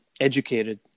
educated